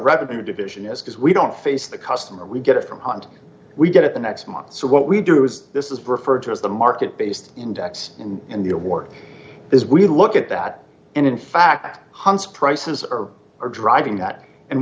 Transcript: revenue division is because we don't face the customer we get it from hunt we get it the next month so what we do is this is referred to as the market based index and in the award is we look at that and in fact hunt's prices are are driving